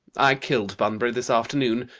i killed bunbury this afternoon.